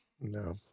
No